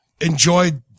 enjoyed